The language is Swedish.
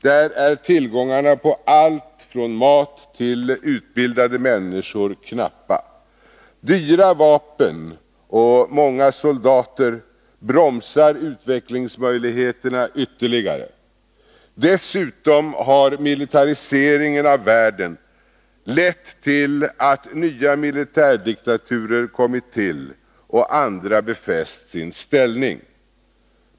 Där är tillgångarna på allt från mat till utbildade människor knappa. Dyra vapen och många soldater bromsar utvecklingsmöjligheterna ytterligare. Dessutom har militariseringen av världen lett till att nya militärdiktaturer kommit till och andra befäst sin ställning.